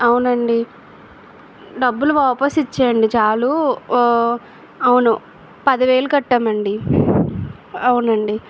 అవునండి డబ్బులు వాపసు ఇచ్చేయండి చాలు అవును పది వేలు కట్టామండి అవునండి